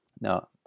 Now